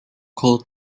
cold